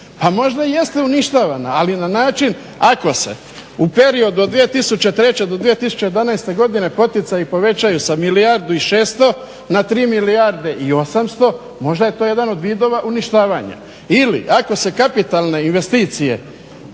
pa možda jeste uništavana ali na način ako se u periodu od 2003. do 2011. poticaji povećaju sa milijardu i šesto na tri milijarde i osamsto možda je to jedan od vidova uništavanja. Ili ako se kapitalne investicije,